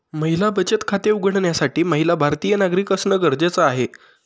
महिला बचत खाते उघडण्यासाठी महिला भारतीय नागरिक असणं गरजेच आहे